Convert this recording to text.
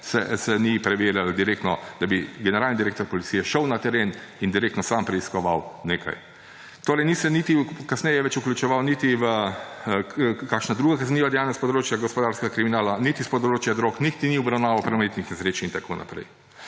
se ni preverjalo direktno, da bi generalni direktor policije šel na teren in direktno sam preiskoval nekaj. Torej ni se kasneje več vključeval niti v kakšna druga kazniva dejanja s področja gospodarskega kriminala, niti s področja drog, niti ni obravnaval prometnih nesreč in tako naprej.